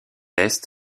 est